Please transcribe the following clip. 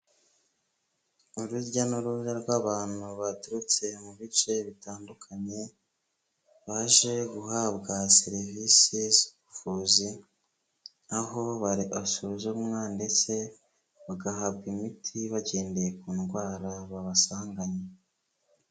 Urujya n'uruza rw'abantu baturutse mu bice bitandukanye, baje guhabwa serivisi z'ubuvuzi, aho basuzumwa ndetse bagahabwa imiti bagendeye ku ndwara babasanganye.